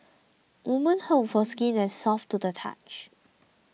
women hope for skin that soft to the touch